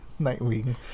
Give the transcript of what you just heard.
Nightwing